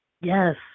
Yes